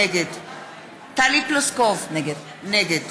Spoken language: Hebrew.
נגד טלי פלוסקוב, נגד